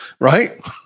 right